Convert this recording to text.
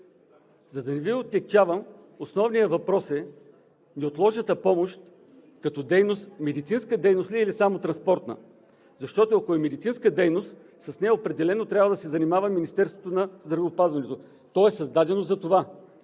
За да не Ви отегчавам, основният въпрос е: неотложната помощ като дейност медицинска дейност ли е, или само транспортна? Защото, ако е медицинска дейност, с нея определено трябва да се занимава Министерството на здравеопазването, то е създадено за това.